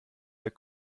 der